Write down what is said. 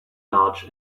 large